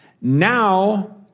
now